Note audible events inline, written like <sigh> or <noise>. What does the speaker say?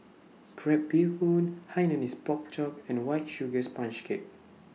Crab Bee Hoon <noise> Hainanese Pork Chop and White Sugar Sponge Cake